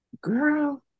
Girl